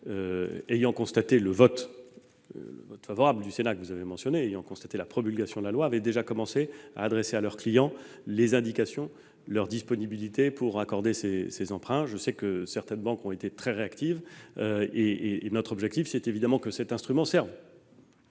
la fois, le vote favorable du Sénat que vous avez mentionné et la promulgation de la loi, avaient déjà commencé à faire part à leurs clients de leur disponibilité à accorder ces emprunts. Je sais que certaines banques ont été très réactives. Notre objectif est évidemment que cet instrument serve,